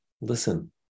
listen